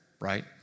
right